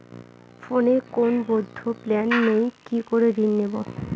ফোনে কোন বৈধ প্ল্যান নেই কি করে ঋণ নেব?